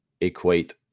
equate